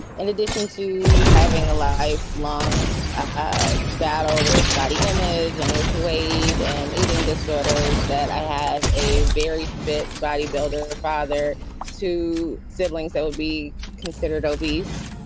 in addition to having a lifelong ah battle with body image and with weight and eating disorders, that i have a very fit body builder, father to siblings that would be considered obese,